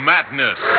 Madness